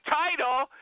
title